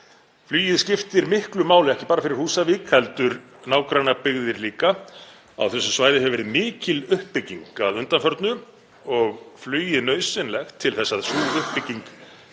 Flugið skiptir miklu máli, ekki bara fyrir Húsavík heldur nágrannabyggðir líka. Á þessu svæði hefur verið mikil uppbygging að undanförnu og er flugið nauðsynlegt til að sú uppbygging